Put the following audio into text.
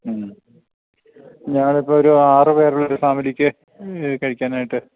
ഉം ഞാൻ ഇപ്പം ഒരു ആറ് പേരുള്ള ഒരു ഫാമിലിക്ക് കഴിക്കാനായിട്ട്